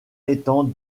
étant